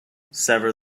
sever